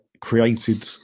created